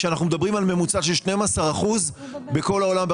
כשאנחנו מדברים על ממוצע של 12% בכל העולם,